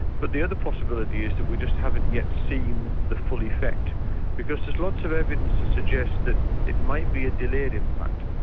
but the other possibility is that we just haven't yet seen the full effect because there's lots of evidence to suggest that it might be a delayed impact.